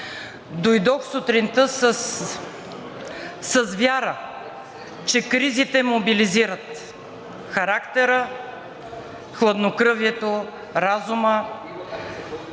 Дойдох сутринта с вяра, че кризите мобилизират характера, хладнокръвието, разума.